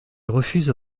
refuse